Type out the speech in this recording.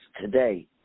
today